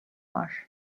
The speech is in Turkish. var